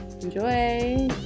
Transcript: Enjoy